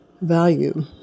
value